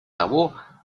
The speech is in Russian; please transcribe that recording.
того